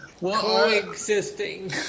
Coexisting